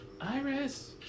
Iris